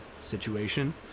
situation